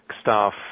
staff